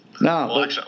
No